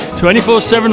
24-7